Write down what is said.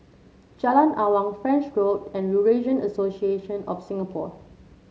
Jalan Awang French Road and Eurasian Association of Singapore